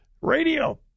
Radio